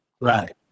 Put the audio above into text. Right